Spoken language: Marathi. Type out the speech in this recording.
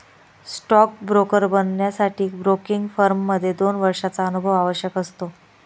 स्टॉक ब्रोकर बनण्यासाठी ब्रोकिंग फर्म मध्ये दोन वर्षांचा अनुभव आवश्यक असतो